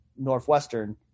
Northwestern